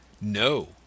No